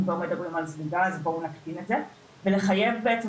אם כבר מדברים על זליגה אז בואו נקטין את זה ולחייב בעצם